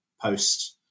post